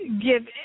give